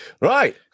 Right